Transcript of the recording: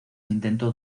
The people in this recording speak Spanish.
intento